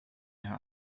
her